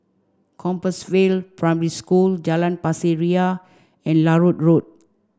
Compassvale Primary School Jalan Pasir Ria and Larut Road